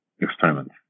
experiment